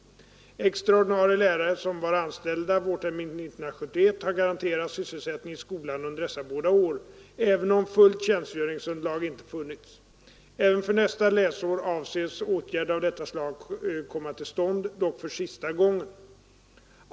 Extra ordinarie lärare som var anställda vårterminen 1971 har garanterats full sysselsättning i skolan under dessa båda år, även om fullt tjänstgöringsunderlag inte funnits. Även för nästa läsår avses åtgärder av detta slag komma till stånd, dock för sista gången.